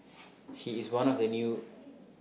he is one of the new